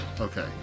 Okay